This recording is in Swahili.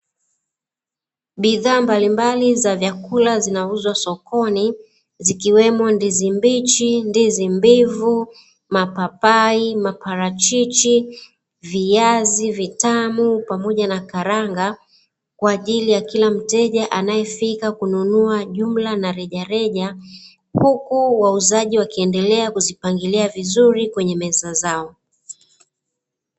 Bidhaa mbalimbali za vyakula zinauzwa sokoni zikiwemo ndizi mbichi, ndizi mbivu mapapai, maparachichi, viazi vitamu pamoja na karanga kwa ajili ya kila mteja anayefika kununua jumla na rejareja huku wauzaji wakiendelea kuzipangilia vizuri kwenye meza zao.